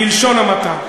בלשון המעטה.